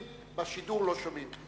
שומעים ובשידור לא שומעים.